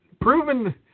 proven